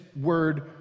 word